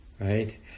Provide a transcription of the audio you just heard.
right